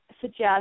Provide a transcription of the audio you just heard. suggest